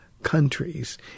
countries